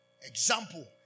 Example